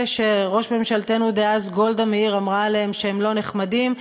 אלה שראש ממשלתנו דאז גולדה מאיר אמרה עליהם שהם לא נחמדים,